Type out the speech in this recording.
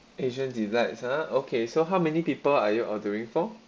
asian delights ah okay so how many people are you ordering for